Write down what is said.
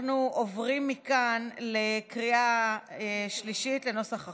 אנחנו עוברים מכאן לקריאה שלישית על נוסח החוק,